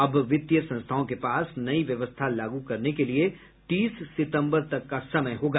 अब वित्तीय संस्थाओं के पास नई व्यवस्था लागू करने के लिए तीस सितंबर तक का समय होगा